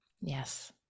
Yes